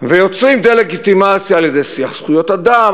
ויוצרים דה-לגיטימציה על-ידי שיח זכויות אדם,